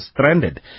stranded